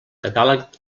catàleg